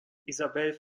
isabel